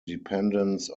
dependence